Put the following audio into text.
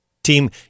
Team